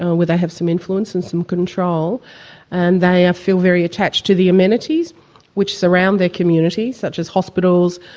ah where they have some influence and some control and they feel very attached to the amenities which surround their communities such as hospitals,